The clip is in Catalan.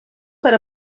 per